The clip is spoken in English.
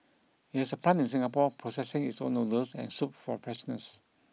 it has a plant in Singapore processing its own noodles and soup for freshness